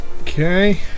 okay